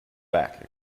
back